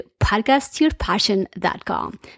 podcastyourpassion.com